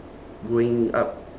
growing up